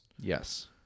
yes